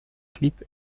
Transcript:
clip